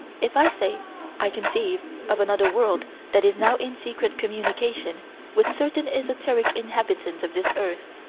if i say i conceive of another world that is now in secret communication with certain esoteric inhabitants of this earth,